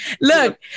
Look